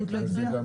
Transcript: יבוא חלק.